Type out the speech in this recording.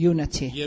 Unity